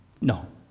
No